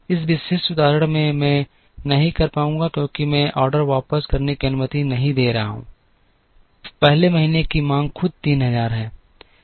इस विशेष उदाहरण में मैं नहीं कर पाऊंगा क्योंकि मैं ऑर्डर वापस करने की अनुमति नहीं दे रहा हूं 1 महीने की मांग खुद 3000 है